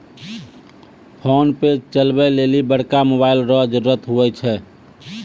PhonePe चलबै लेली बड़का मोबाइल रो जरुरत हुवै छै